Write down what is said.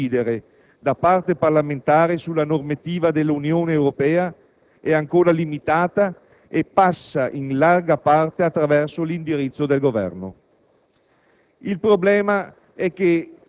sappiamo che la possibilità di incidere da parte parlamentare sulla normativa dell'Unione Europea è ancora limitata e passa in larga parte attraverso l'indirizzo del Governo.